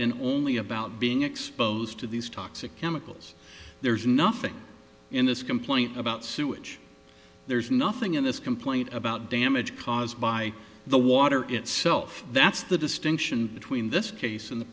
in only about being exposed to these toxic chemicals there's nothing in this complaint about sewage there's nothing in this complaint about damage caused by the water itself that's the distinction between this case and the